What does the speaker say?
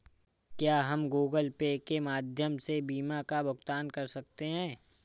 क्या हम Google Pay के माध्यम से बीमा का भुगतान कर सकते हैं?